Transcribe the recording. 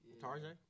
Tarjay